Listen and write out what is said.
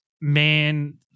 man